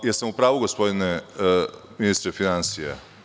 Da li sam u pravu, gospodine ministre finansija?